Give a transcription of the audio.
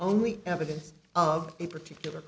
only evidence of a particular